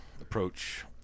approach